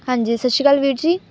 ਹਾਂਜੀ ਸਤਿ ਸ਼੍ਰੀ ਅਕਾਲ ਵੀਰ ਜੀ